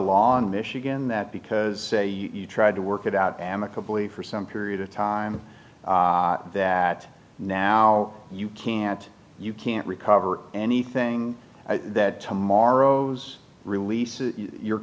michigan that because you tried to work it out amicably for some period of time that now you can't you can't recover anything that tomorrow's release your